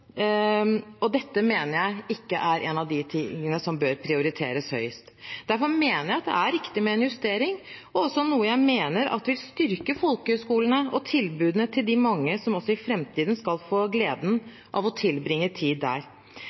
og dette mener jeg er en av de tingene som ikke bør prioriteres høyest. Derfor mener jeg at det er riktig med en justering, og det er også noe jeg mener vil styrke folkehøyskolene og tilbudene til de mange som også i framtiden skal få gleden av å tilbringe tid der.